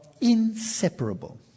inseparable